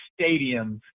stadiums